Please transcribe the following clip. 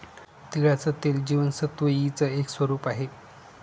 तिळाचं तेल जीवनसत्व ई च एक स्वरूप आहे